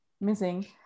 missing